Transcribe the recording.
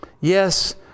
yes